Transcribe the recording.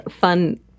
fun